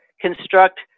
construct